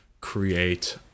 create